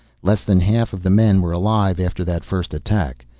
less than half of the men were alive after that first attack.